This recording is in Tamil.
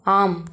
ஆம்